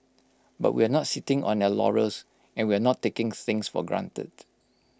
but we're not sitting on our laurels and we're not taking things for granted